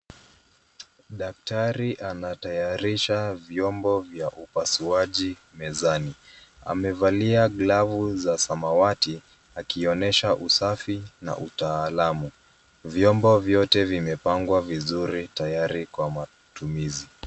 Daktari anatayarisha vyombo vya upasuaji mezani. Amevalia glavu za samawati, akionyesha usafi, na utaalamu. Vyombo vyote vimepangwa vizuri, tayari kwa matumizi.